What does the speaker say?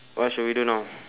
what should we do now